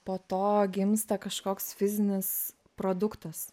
po to gimsta kažkoks fizinis produktas